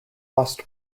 lost